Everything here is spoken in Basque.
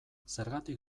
zergatik